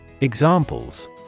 Examples